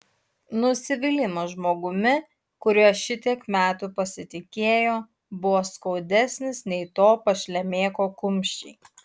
nusivylimas žmogumi kuriuo šitiek metų pasitikėjo buvo skaudesnis nei to pašlemėko kumščiai